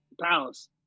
Palace